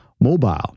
mobile